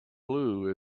blue